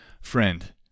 friend